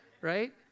right